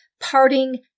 parting